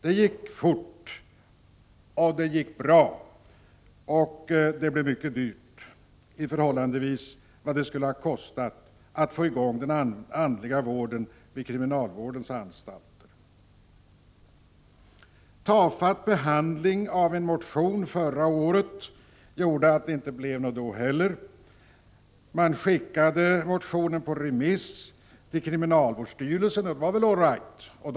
Det gick fort, och det gick bra, och det blev mycket dyrt i förhållande till vad det skulle ha kostat att få i gång den andliga vården vid kriminalvårdens anstalter. Tafatt behandling av en motion förra året gjorde att det inte blev något av med denna andliga vård då heller. Man skickade motionen på remiss till kriminalvårdsstyrelsen. Det var väl all right.